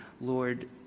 Lord